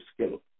skill